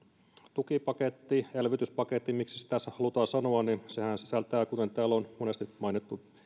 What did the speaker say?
tukipaketti elvytyspaketti miksi sitä halutaan sanoa sisältää kuten täällä on monesti mainittu